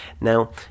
Now